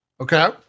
Okay